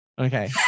Okay